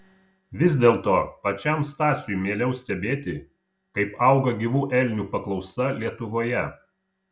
vis dėlto pačiam stasiui mieliau stebėti kaip auga gyvų elnių paklausa lietuvoje